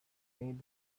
made